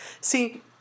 See